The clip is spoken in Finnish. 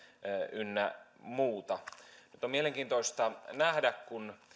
ynnä muuta nyt on mielenkiintoista nähdä kun